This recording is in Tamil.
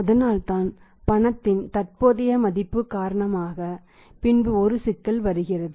அதனால்தான் பணத்தின் தற்போதைய மதிப்பு காரணமாக பின்பு ஒரு சிக்கல் வருகிறது